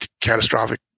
catastrophic